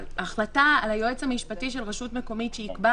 ההחלטה על היועץ המשפטי של רשות מקומית שיקבע